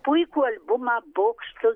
puikų albumą bokšto